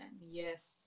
Yes